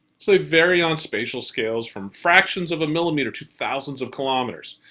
so they vary on spatial scales from fractions of a millimeter to thousands of kilometers.